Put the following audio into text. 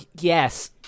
Yes